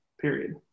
period